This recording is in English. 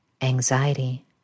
anxiety